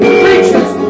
creatures